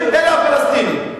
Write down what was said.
אלה הפלסטינים,